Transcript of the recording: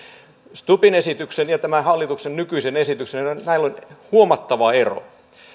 stubbin esityksen ja tämän hallituksen nykyisen esityksen ja näillä on huomattava ero